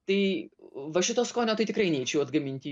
tai va šito skonio tai tikrai neičiau atgaminti į